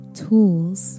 tools